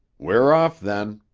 we're off, then!